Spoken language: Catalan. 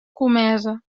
comesa